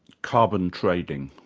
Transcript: carbon trading.